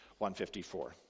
154